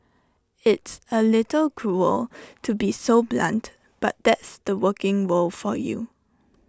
it's A little cruel to be so blunt but that's the working world for you